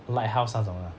lighthouse 那种啊